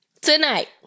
tonight